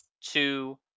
two